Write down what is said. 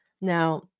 Now